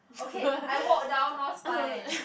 okay I walk down North Spine